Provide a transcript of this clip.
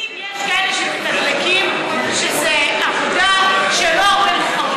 אם יש כאלה שמתדלקים, שזה עבודה שלא הרבה,